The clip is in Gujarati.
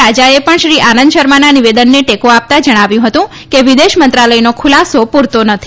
રાજાએ પણ શ્રી આનંદ શર્માના નિવેદનને ટેકો આપતા જણાવ્યું હતું કે વિદેશ મંત્રાલયનો ખુલાસો પુરતો નથી